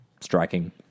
striking